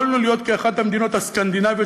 יכולנו להיות כאחת המדינות הסקנדינביות,